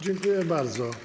Dziękuję bardzo.